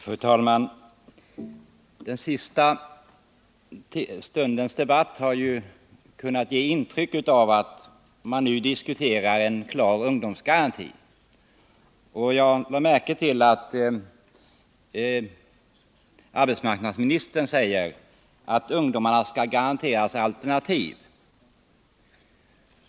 Fru talman! Den senaste stundens debatt har kunnat ge intryck av att vi nu diskuterar en klar ungdomsgaranti. Jag lade märke till att arbetsmarknadsministern sade att ungdomarna skall garanteras alternativ.